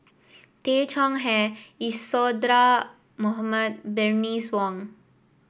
Tay Chong Hai Isadhora Mohamed Bernice Wong